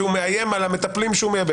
שהוא מאיים על המטפלים שהוא מייבא,